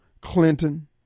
Clinton